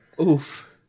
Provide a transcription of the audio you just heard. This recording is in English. Oof